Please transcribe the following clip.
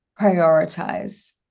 prioritize